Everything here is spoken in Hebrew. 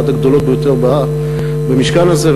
אחת הגדולות ביותר במשכן הזה,